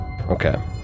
Okay